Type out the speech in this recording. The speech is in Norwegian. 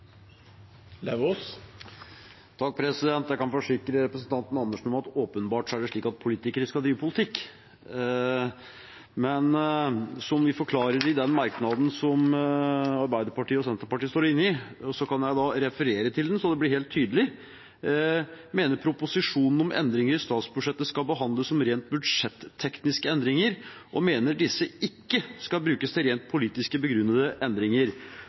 Andersen om at det åpenbart er slik at politikere skal drive med politikk. Vi forklarer det i den merknaden som Arbeiderpartiet og Senterpartiet står sammen om. Jeg kan referere til den, så det blir helt tydelig: «… mener proposisjonene om endringer i statsbudsjettet skal behandles som rent budsjettekniske endringer, og mener disse ikke skal brukes til rent politisk begrunnede endringer.